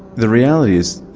the reality is,